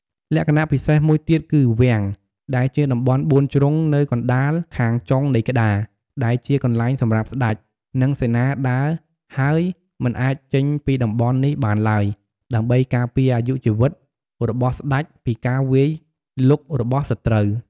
លក្ខណៈពិសេសមួយទៀតគឺ វាំង ដែលជាតំបន់បួនជ្រុងនៅកណ្តាលខាងចុងនៃក្តារ ដែលជាកន្លែងសម្រាប់ស្តេច និងសេនាដើរ ហើយមិនអាចចេញពីតំបន់នេះបានឡើយ ដើម្បីការពារអាយុជីវិតរបស់ស្តេចពីការវាយលុករបស់សត្រូវ។